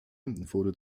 wurde